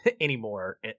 anymore